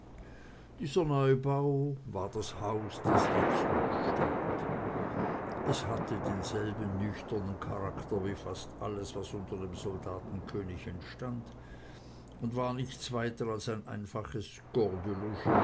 dieser neubau war das haus das jetzt noch stand es hatte denselben nüchternen charakter wie fast alles was unter dem soldatenkönig entstand und war nichts weiter als ein einfaches